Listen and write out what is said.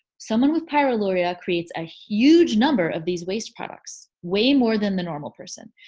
someone with pyroluria creates a huge number of these waste products. way more than the normal person.